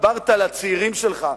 דיברת על הצעירים שלך.